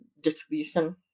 Distribution